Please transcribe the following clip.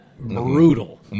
brutal